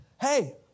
hey